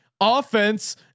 offense